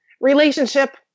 relationship